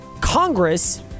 congress